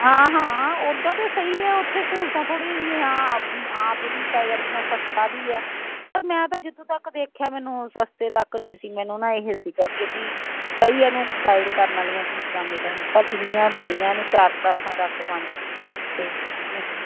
ਹਾਂ ਹਾਂ ਉਦਾਂ ਤਾਂ ਸਹੀ ਐ ਉੱਥੇ ਸਹੂਲਤਾਂ ਥੋੜੀ ਜਿਹੀਆਂ ਅੱਪ ਆਪ ਵੀ ਪੈ ਜਾਂਦੀਆਂ ਸਸਤਾ ਵੀ ਐ ਪਰ ਮੈਂ ਤਾਂ ਜਿੱਥੋਂ ਤੱਕ ਦੇਖਿਆ ਮੈਨੂੰ ਸਸਤੇ ਤੱਕ ਨਹੀਂ ਸੀ ਮੈਨੂੰ ਨਾ ਇਹ ਸੀਗਾ ਕੇ ਵੀ ਸਹੀ ਇਹਨੂੰ ਗਾਈਡ ਕਰਨ ਆਲੀਆਂ ਟੀਚਰਾਂ ਮਿਲਣ ਪਰ ਜਿੰਨੀਆਂ ਮਿਲੀਆਂ ਇਹਨੂੰ ਚਾਰ ਕਲਾਸਾਂ ਤੱਕ ਪੰਜ ਤੇ ਵਧੀਆ